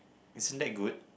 isn't that good